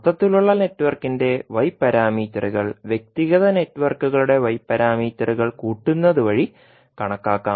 മൊത്തത്തിലുള്ള നെറ്റ്വർക്കിന്റെ y പാരാമീറ്ററുകൾ വ്യക്തിഗത നെറ്റ്വർക്കുകളുടെ y പാരാമീറ്ററുകൾ കൂട്ടുന്നത് വഴി കണക്കാക്കാം